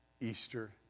Easter